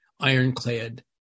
ironclad